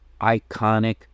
iconic